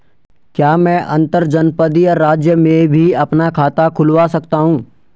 क्या मैं अंतर्जनपदीय राज्य में भी अपना खाता खुलवा सकता हूँ?